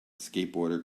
skateboarder